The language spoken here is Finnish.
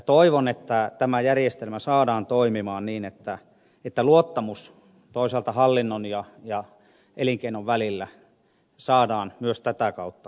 toivon että tämä järjestelmä saadaan toimimaan niin että luottamus toisaalta hallinnon ja elinkeinon välillä saadaan myös tätä kautta toimimaan